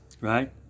right